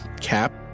cap